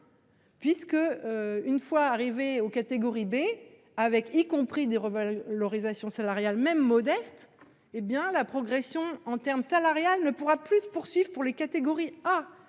Puisque, une fois arrivé aux catégories B avec y compris des rebelles. L'organisation salariale même modeste. Eh bien la progression en terme salarial ne pourra plus se poursuivent pour les catégories A,